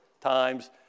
times